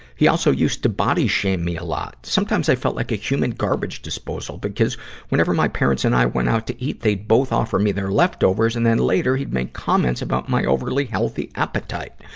he also used to body shame me a lot. sometimes i felt like a human garbage disposal because whenever my parents and i went out to eat, they both offer me their leftovers, and then later he'd make comments about my overly healthy appetite.